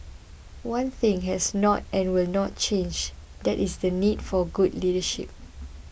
one thing has not and will not change that is the need for good leadership